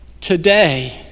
Today